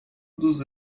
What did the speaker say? dos